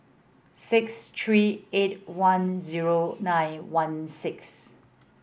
six three eight one zero nine one six